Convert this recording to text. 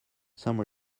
some